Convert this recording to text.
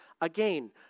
again